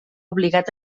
obligat